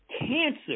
cancer